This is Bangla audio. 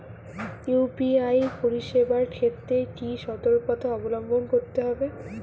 ইউ.পি.আই পরিসেবার ক্ষেত্রে কি সতর্কতা অবলম্বন করতে হবে?